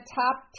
top